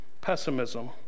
pessimism